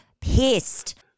pissed